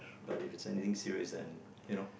but if it's something serious and you know